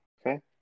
Okay